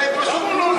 זה פשוט לוזרים.